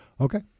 Okay